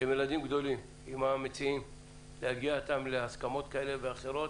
אתם ילדים גדולים להגיע איתם להסכמות כאלה ואחרות.